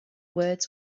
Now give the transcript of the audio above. words